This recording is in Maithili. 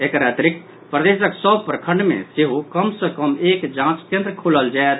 एकर अतिरिक्त प्रदेशक सभ प्रखंड मे सेहो कम सँ कम एक जांच केन्द्र खोलल जायत